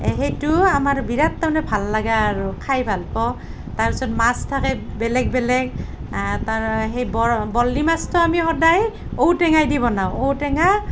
সেইটো আমাৰ বিৰাট তাৰমানে ভাল লাগা আৰু খাই ভাল পাওঁ তাৰ পিছত মাছ থাকে বেলেগ বেলেগ তাৰে সেই বৰ্লী মাছটো আমি সদায় ঔ টেঙাই দি বনাওঁ ঔ টেঙা